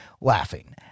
laughing